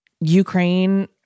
Ukraine